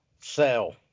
sell